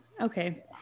Okay